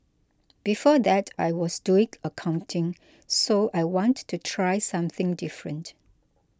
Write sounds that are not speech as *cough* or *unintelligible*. before that I was doing *unintelligible* accounting so I want to try something different